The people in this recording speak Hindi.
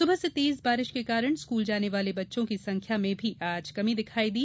सुबह से तेज बारिश के कारण स्कूल जाने वाले बच्चों की संख्या में भी कमी दिखाई दी